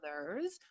others